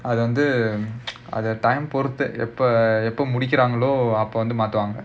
அதுல வந்து:athula vanthu time பொறுத்து எப்போ எப்போ முடிக்கிறாங்களோ அப்போ வந்து மாத்துவாங்க:poruthu eppo eppo mudikiraangalo appo vanthu maathuvaanga